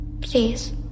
Please